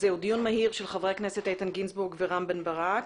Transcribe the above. זהו דיון מהיר של חברי הכנסת איתן גינזבורג ורם בן ברק.